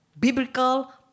biblical